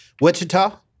Wichita